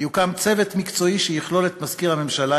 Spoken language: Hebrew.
יוקם צוות מקצועי שיכלול את מזכיר הממשלה,